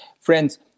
friends